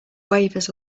waivers